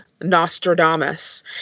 Nostradamus